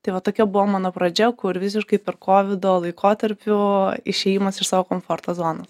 tai va tokia buvo mano pradžia kur visiškai per kovido laikotarpiu išėjimas iš savo komforto zonos